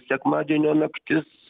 sekmadienio naktis